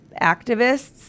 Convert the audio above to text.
activists